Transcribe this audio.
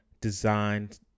designed